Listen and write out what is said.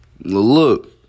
Look